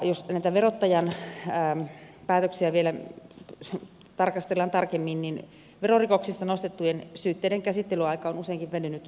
jos näitä verottajan päätöksiä vielä tarkastellaan tarkemmin niin verorikoksista nostettujen syytteiden käsittelyaika on useinkin venynyt vuosiin